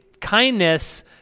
kindness